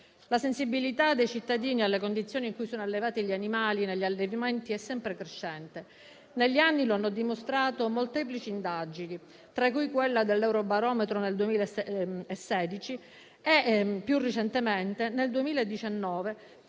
La sensibilità dei cittadini alle condizioni in cui sono allevati gli animali negli allevamenti è sempre crescente. Negli anni lo hanno dimostrato molteplici indagini, tra cui quella dell'eurobarometro nel 2016. Più recentemente, nel 2019,